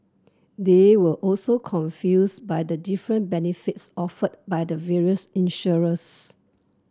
they were also confused by the different benefits offered by the various insurers